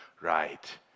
right